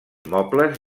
mobles